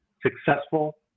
successful